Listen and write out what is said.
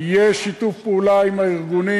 יש שיתוף פעולה עם הארגונים.